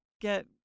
get